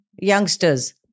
Youngsters